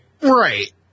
Right